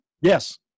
Yes